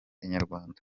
inyarwanda